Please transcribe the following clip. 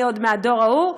אני עוד מהדור ההוא,